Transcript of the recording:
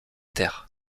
terre